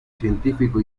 científico